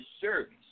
service